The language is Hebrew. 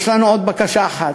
יש לנו עוד בקשה אחת.